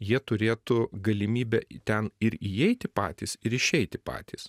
jie turėtų galimybę ten ir įeiti patys ir išeiti patys